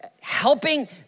helping